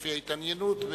לפי ההתעניינות,